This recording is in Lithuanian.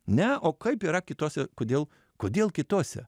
ne o kaip yra kitose kodėl kodėl kitose